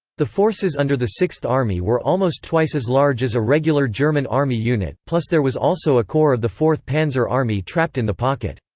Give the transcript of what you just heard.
the forces under the sixth army were almost twice as large as a regular german army unit, plus there was also a corps of the fourth panzer army trapped in the pocket.